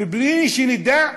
ובלי שנדע,